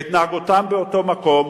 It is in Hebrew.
בהתנהגותם באותו מקום,